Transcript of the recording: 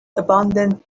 abandoned